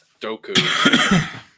Doku